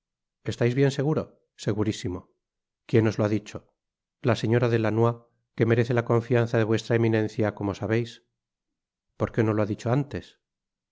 estais bien seguro segurísimo quien os lo ha dicho la señora de lannoy que merece la confianza de vuestra eminencia como sabeis porque no lo ha dicho antes